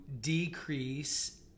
decrease